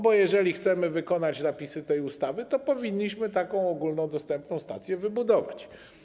Bo jeżeli chcemy wykonać zapisy tej ustawy, to powinniśmy taką ogólnodostępną stację wybudować.